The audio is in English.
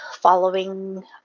following